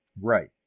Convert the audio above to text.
Right